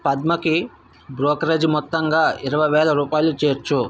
పద్మకి brokerage మొత్తంగా ఇరవై వేల రూపాయలు చేర్చు